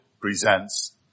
presents